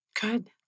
good